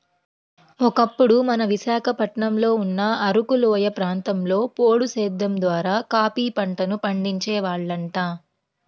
ఒకప్పుడు మన విశాఖపట్నంలో ఉన్న అరకులోయ ప్రాంతంలో పోడు సేద్దెం ద్వారా కాపీ పంటను పండించే వాళ్లంట